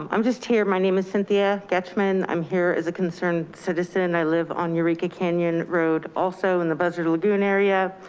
um i'm just here, my name is cynthia getchman. i'm here as a concerned citizen and i live on eureka canyon road, also in the buzzard lagoon area.